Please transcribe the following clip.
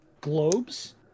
globes